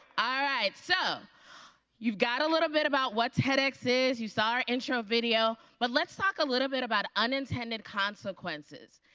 ah right. so you've got a little bit about what tedx is. you saw our intro video. but let's talk a little bit about unintended consequences.